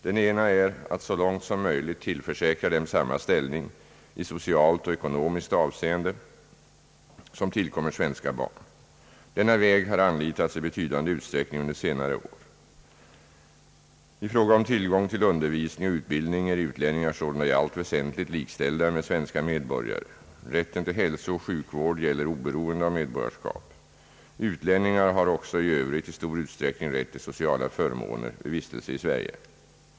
Den ena är att så långt som möjligt tillförsäkra dem samma ställning i socialt och ekonomiskt avseende som = tillkommer svenska barn. Denna väg har anlitats i betydande utsträckning under senare år. I fråga om tillgång till undervisning och utbildning är utlänningar sålunda i allt väsentligt likställda med svenska medborgare. Rätten till hälsooch sjukvård gäller oberoende av medborgarskap. Utlänningar har också i övrigt i stor utsträckning rätt till sociala förmåner vid vistelse i Sverige.